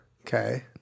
Okay